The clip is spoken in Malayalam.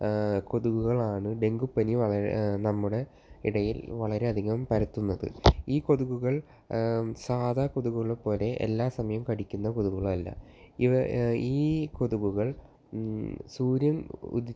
കൊതുകളാണ് ഡെങ്കു പനി വള നമ്മുടെ ഇടയിൽ വളരെയധികം പരത്തുന്നത് ഈ കൊതുകുകൾ സാധാ കൊതുകളെ പോലെ എല്ലാ സമയം കടിക്കുന്ന കൊതുകുകളല്ല ഇവ ഈ കൊതുകുകൾ സൂര്യൻ ഉദി